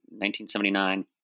1979